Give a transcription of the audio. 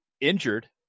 injured